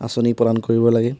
আঁচনি প্ৰদান কৰিব লাগে